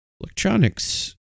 electronics